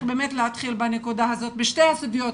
באמת להתחיל בנקודה הזאת בשתי הסוגיות,